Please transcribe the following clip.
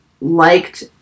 liked